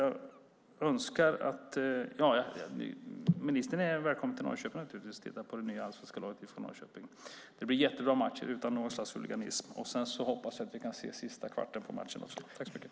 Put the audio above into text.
Ministern är naturligtvis välkommen till Norrköping för att titta på det nya allsvenska laget från Norrköping. Det blir jättebra matcher utan någon slags huliganism. Sedan hoppas jag att vi kan se sista kvarten på matchen också.